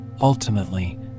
Ultimately